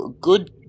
good